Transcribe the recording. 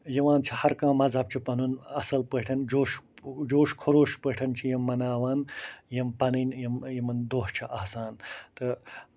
یِوان چھُ ہَر کانہہ مَزہَب چھُ پَنُن اَصٕل پٲٹھۍ جوش جوش کھروش پٲٹھۍ چھِ یِم مَناوان یِم پَنٕنۍ یِم یِمَن دۄہ چھِ آسان تہٕ